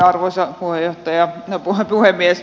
arvoisa puhemies